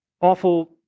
awful